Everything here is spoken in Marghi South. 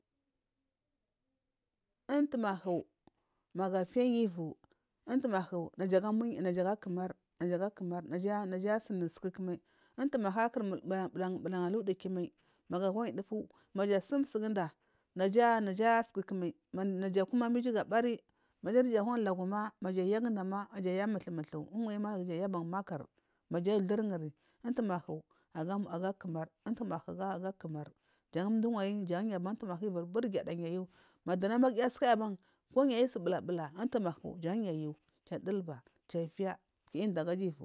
Umthumahu magu afiyayi ivu umtomahi najaga kumar najaga kumar naja sun nusukumal umtumahu asun mbu buran buran duwmai maja sumsuguda naga asusukumal naja kuma ma iju ga bari maja dija nagu laguma maja yagudama muthumutha naja yaban makur maja athurgini umtumahu agi kumar afa kumar jan mdu wahiyi umtumahu iviri burgidaban ma dunamagiya sukayiban koyu ayu subulabula umthumadu jan yayu kiducha kitiya kidagaja ivu.